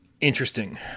interesting